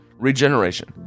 Regeneration